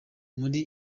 muri